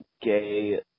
gay